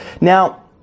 Now